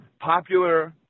popular